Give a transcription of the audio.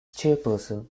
chairperson